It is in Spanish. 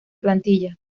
plantilla